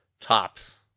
tops